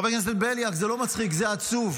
חבר הכנסת בליאק, זה לא מצחיק, זה עצוב.